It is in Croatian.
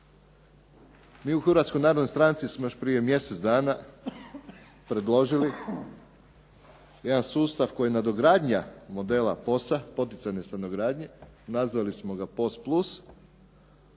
mi u Hrvatskoj narodnoj stranci smo još prije mjesec dana predložili jedan sustav koji nadogradnja modela POS-a poticajne stanogradnje, nazvali smo ga POS plus